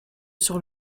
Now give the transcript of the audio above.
sur